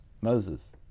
Moses